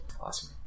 awesome